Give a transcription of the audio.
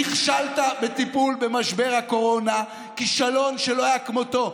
נכשלת בטיפול במשבר הקורונה כישלון שלא היה כמותו.